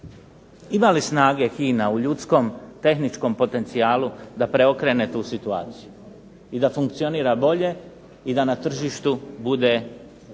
Ima li snage HINA u ljudskom tehničkom potencijalu da preokrene tu situaciju i da funkcionira bolje i da na tržištu bude